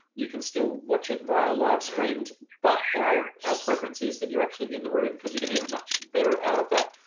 you can still watch it via live stream, but our preference is that you're actually in the room because you're gonna get much better out of that.